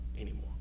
anymore